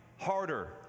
Harder